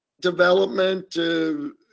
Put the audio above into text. development